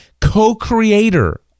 co-creator